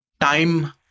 time